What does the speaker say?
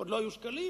עוד לא היו שקלים,